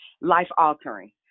life-altering